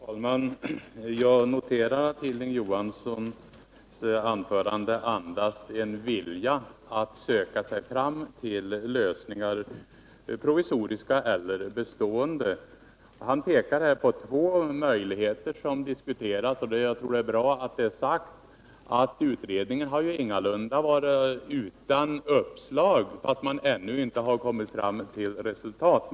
Herr talman! Jag noterar att Hilding Johanssons anförande andas en vilja att söka sig fram till lösningar — provisoriska eller bestående. Han pekade på två möjligheter som diskuterats. Jag tror det är bra att det blivit sagt att utredningen ingalunda har varit utan uppslag, fastän man där ännu inte kommit fram till resultat.